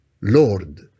Lord